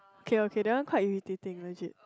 okay okay that one quite irritating legit